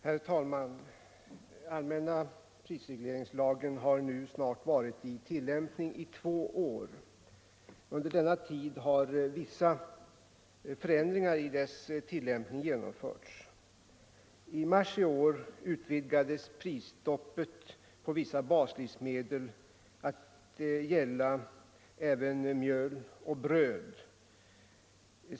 Herr talman! Allmänna prisregleringslagen har nu snart varit i tilllämpning i två år. Under denna tid har vissa förändringar i dess tilllämpning genomförts. I mars i år utvidgades prisstoppet på vissa baslivsmedel att gälla även mjöl och bröd.